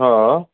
हा